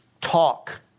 talk